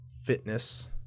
fitness